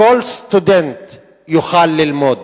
כל סטודנט יוכל ללמוד,